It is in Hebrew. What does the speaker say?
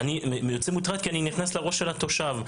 אני יוצא מוטרד כי אני נכנס לראש של התושב.